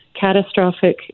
catastrophic